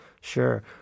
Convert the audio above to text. Sure